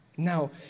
Now